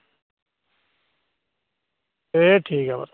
एह् ठीक ऐ महाराज